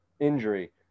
injury